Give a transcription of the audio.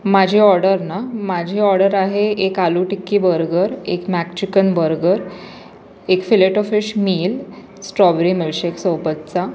माझी ऑर्डर ना माझी ऑडर आहे एक आलू टिक्की बर्गर एक मॅक चिकन बर्गर एक filet o fish meal strawberry milkshake सोबतचा